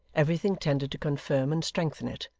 everything tended to confirm and strengthen it.